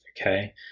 Okay